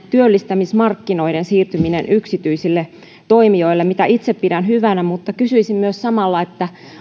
työllistämismarkkinoiden siirtymisen yksityisille toimijoille mitä itse pidän hyvänä mutta kysyisin myös samalla